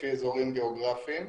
לפי אזורים גאוגרפיים,